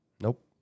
Nope